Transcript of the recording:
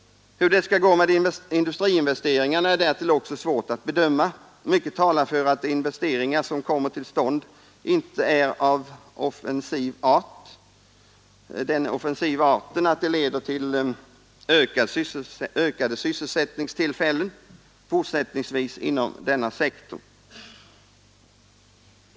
Hur det skall gå med industriinvesteringarna är därtill ocks bedöma. Mycket talar för att de investeringar som kommer till stånd inte är av den offensiva art, att de leder till ökade sysselsättningstillfällen fortsättningsvis inom denna sektor.